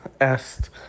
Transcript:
asked